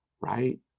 right